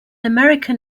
american